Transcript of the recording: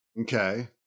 Okay